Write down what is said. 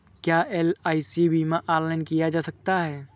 क्या एल.आई.सी बीमा ऑनलाइन किया जा सकता है?